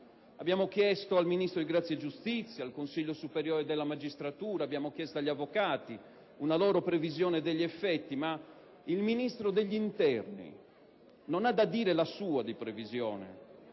Abbiamo chiesto al Ministro della giustizia, al Consiglio superiore della magistratura, agli avvocati una loro previsione degli effetti. Ma il Ministro dell'interno non ha da dire la sua previsione?